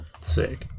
Sick